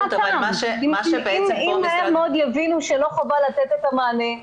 אם מה מאוד יבינו שלא חובה לתת את המענה,